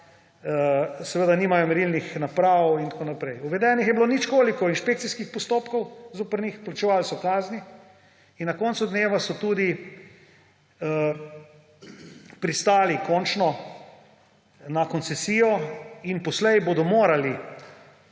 da nimajo merilnih naprav in tako naprej. Uvedenih je bilo nič koliko inšpekcijskih postopkov zoper njih, plačevali so kazni in na koncu dne so tudi končno pristali na koncesijo in poslej bodo morali